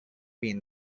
been